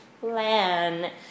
Plan